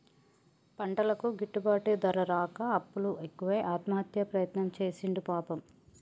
పంటలకు గిట్టుబాటు ధర రాక అప్పులు ఎక్కువై ఆత్మహత్య ప్రయత్నం చేసిండు పాపం